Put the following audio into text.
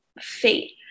fate